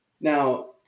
Now